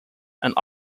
and